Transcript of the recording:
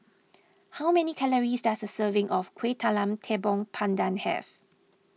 how many calories does a serving of Kueh Talam Tepong Pandan have